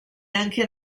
anche